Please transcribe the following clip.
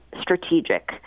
strategic